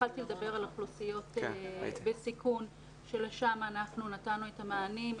התחלתי לדבר על אוכלוסיות בסיכון שלשם אנחנו נתנו את המענים.